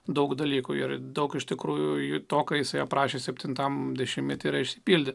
daug dalykų ir daug iš tikrųjų to ką jisai aprašė septintam dešimtmetyje yra išsipildė